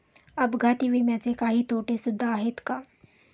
अपघाती विम्याचे काही तोटे सुद्धा आहेत का?